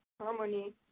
harmony